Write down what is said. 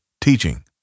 teaching